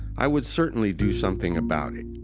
i would certainly do something about it.